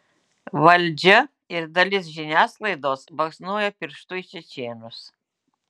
valdžia ir dalis žiniasklaidos baksnoja pirštu į čečėnus